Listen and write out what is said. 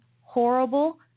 horrible